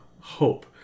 hope